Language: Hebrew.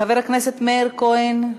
חבר הכנסת מאיר כהן,